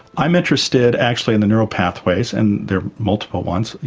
i'm interested actually in the neural pathways and there multiple ones.